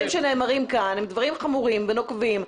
שנאמרים כאן הם דברים חמורים ונוקבים.